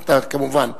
כמובן.